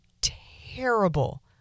terrible